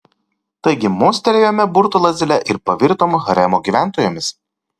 taigi mostelėjome burtų lazdele ir pavirtom haremo gyventojomis